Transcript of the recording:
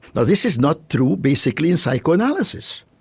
now this is not true basically in psychoanalysis.